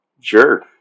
Sure